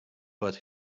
but